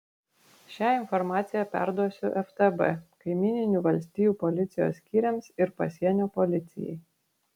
šią informaciją perduosiu ftb kaimyninių valstijų policijos skyriams ir pasienio policijai